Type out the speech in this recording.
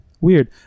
weird